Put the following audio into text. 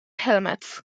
helmets